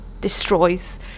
destroys